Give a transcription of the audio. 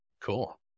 Cool